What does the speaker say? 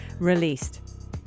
Released